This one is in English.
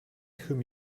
whom